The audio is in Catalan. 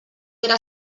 era